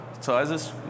sizes